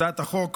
הצעת החוק